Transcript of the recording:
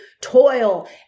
toil